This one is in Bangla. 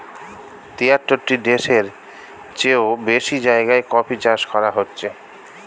তিয়াত্তরটি দেশের চেও বেশি জায়গায় কফি চাষ করা হচ্ছে